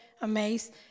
amazed